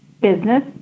business